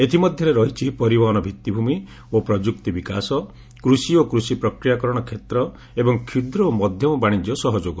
ଏଥିମଧ୍ୟରେ ରହିଛି ପରିବହନ ଭିତ୍ତିଭ୍ବମି ଓ ପ୍ରଯୁକ୍ତି ବିକାଶ କୃଷି ଓ କୃଷି ପ୍ରକ୍ରିୟାକରଣ କ୍ଷେତ୍ର ଏବଂ କ୍ଷୁଦ୍ର ଓ ମଧ୍ୟମ ବାଶିଜ୍ୟ ସହଯୋଗ